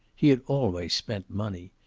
he had always spent money.